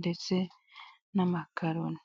ndetse n'amakaroni.